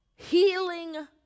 healing